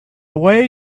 way